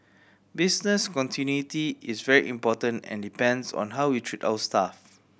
business continuity is very important and depends on how we treat our staff